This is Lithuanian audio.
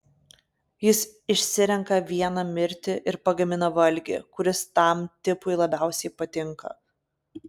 jis išsirenka vieną mirti ir pagamina valgį kuris tam tipui labiausiai patinka